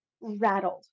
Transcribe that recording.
rattled